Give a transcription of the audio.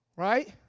right